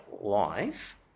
life